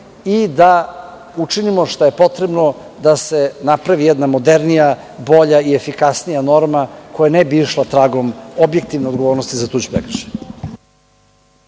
i da učinimo šta je potrebno da se napravi jedna modernija, bolja i efikasnija norma, koja ne bi išla tragom objektivne odgovornosti za tuđi prekršaj.